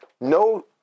No